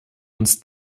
uns